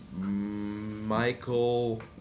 Michael